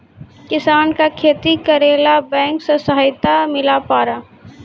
किसान का खेती करेला बैंक से सहायता मिला पारा?